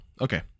Okay